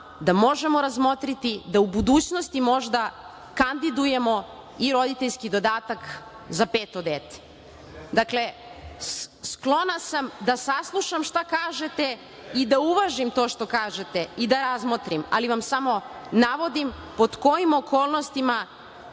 da možemo razmotriti da u budućnosti možda kandidujemo i roditeljski dodatak za peto dete. Dakle, sklona sam da saslušam šta kažete i da uvažim to što kažete i da razmotrim, ali vam samo navodim pod kojim okolnostima